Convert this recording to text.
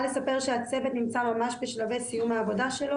הצוות נמצא ממש בשלבי סיום העבודה שלו,